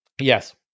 Yes